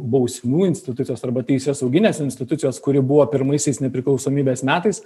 bausmių institucijos arba teisėsauginės institucijos kuri buvo pirmaisiais nepriklausomybės metais